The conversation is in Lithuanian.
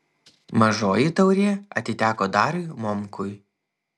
mažoji taurė atiteko dariui momkui